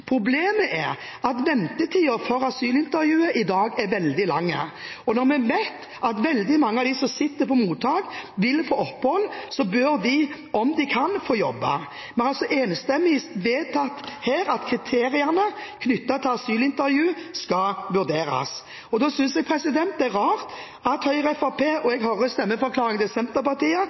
for asylintervjuet i dag er veldig lang, og når vi vet at veldig mange av dem som sitter på mottak vil få opphold, bør de – om de kan – få jobbe. Vi har altså enstemmig vedtatt her at kriteriene knyttet til asylintervju skal vurderes. Da synes jeg det er rart at Høyre og Fremskrittspartiet – og jeg hører stemmeforklaringen til Senterpartiet